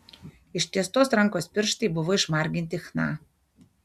ištiestos rankos pirštai buvo išmarginti chna